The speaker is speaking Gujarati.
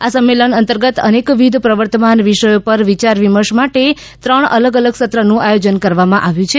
આ સંમેલન અંતર્ગત અનેકવિધ પ્રવર્તમાન વિષયો પર વિયારવિમર્શ માટે ત્રણ અલગ અલગ સત્રનું આયોજન કરવામાં આવ્યું છે